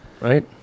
Right